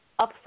upfront